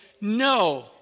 no